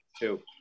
Two